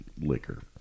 liquor